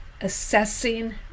assessing